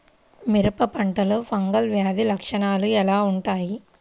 మిరప పంటలో ఫంగల్ వ్యాధి లక్షణాలు ఎలా వుంటాయి?